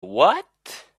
what